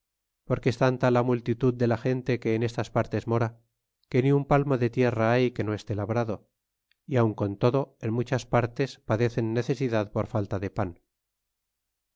porque es tanta la multitud de la gente que en estas partes mora que ni un palmo de tierra hay que no esté labrado y aun con todo en muchas partes padecen necesidad por falta de pan